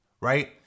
right